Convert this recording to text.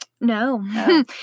No